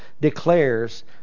declares